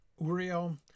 Uriel